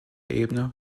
ebene